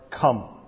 come